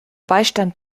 beistand